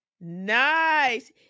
Nice